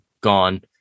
gone